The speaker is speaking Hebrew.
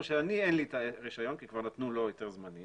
המצב הוא שאין לי את הרישיון כי כבר נתנו לו היתר זמני